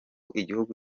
igihugu